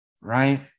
right